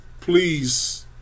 please